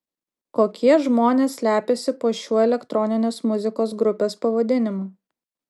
kokie žmonės slepiasi po šiuo elektroninės muzikos grupės pavadinimu